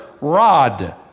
rod